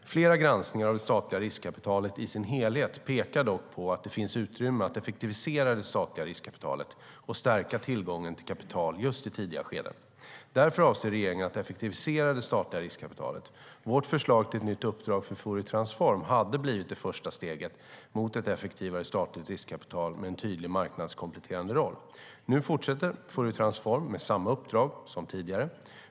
Flera granskningar av det statliga riskkapitalet i dess helhet pekar dock på att det finns utrymme att effektivisera det statliga riskkapitalet och stärka tillgången till kapital just i tidiga skeden. Därför avser regeringen att effektivisera det statliga riskkapitalet. Vårt förslag till ett nytt uppdrag för Fouriertransform hade blivit det första steget mot ett effektivare statligt riskkapital med en tydlig marknadskompletterande roll. Nu fortsätter Fouriertransform med samma uppdrag som tidigare.